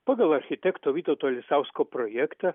pagal architekto vytauto lisausko projektą